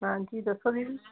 ਹਾਂਜੀ ਦੱਸੋ ਦੀਦੀ